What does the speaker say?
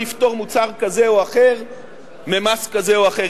לפטור מוצר כזה או אחר ממס כזה או אחר.